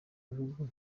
bihugu